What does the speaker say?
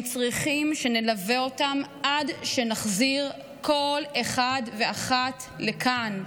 הם צריכים שנלווה אותם עד שנחזיר כל אחד ואחת לכאן.